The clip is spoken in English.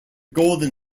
golden